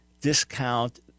discount